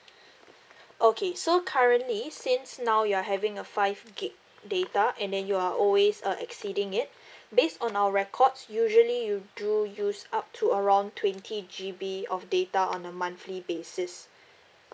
okay so currently since now you're having a five gig data and then you're always uh exceeding it based on our records usually you do use up to around twenty G_B of data on a monthly basis